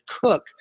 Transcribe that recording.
cook